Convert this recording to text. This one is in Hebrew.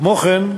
כמו כן,